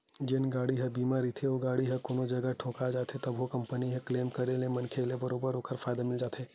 जेन गाड़ी ह बीमा रहिथे ओ गाड़ी ह कोनो जगा ठोका जाथे तभो ले कंपनी म क्लेम करे ले मनखे ल बरोबर ओखर फायदा मिल जाथे